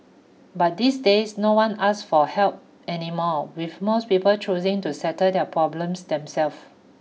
but these days no one ask for help anymore with most people choosing to settle their problems them self